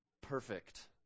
perfect